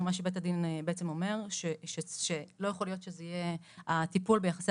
בית הדין אומר שלא יכול להיות שהטיפול ביחסי